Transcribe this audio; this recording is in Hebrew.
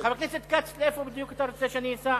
חבר הכנסת כץ, לאיפה בדיוק אתה רוצה שאני אסע?